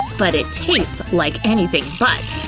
but it tastes like anything but.